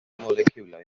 moleciwlau